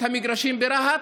את המגרשים ברהט,